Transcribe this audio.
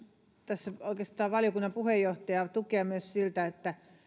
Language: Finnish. tässä oikeastaan valiokunnan puheenjohtajaa tukea myös siinä että